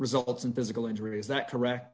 results in physical injury is that correct